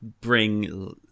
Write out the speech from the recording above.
bring